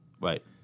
Right